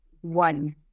one